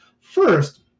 First